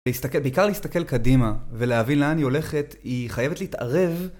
בעיקר להסתכל קדימה, ולהבין לאן היא הולכת, היא חייבת להתערב